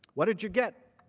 what did you get?